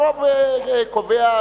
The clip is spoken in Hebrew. הרוב קובע,